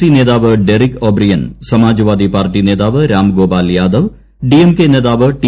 C നേതാവ് Derek O'Brien Samajwadi party നേതാവ് Ramgopal Yadav DMK നേതാവ് റ്റി